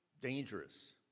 dangerous